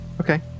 Okay